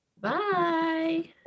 Bye